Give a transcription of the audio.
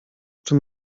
czym